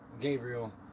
Gabriel